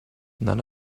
none